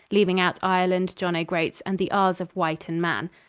leaving out ireland, john o' groats, and the isles of wight and man.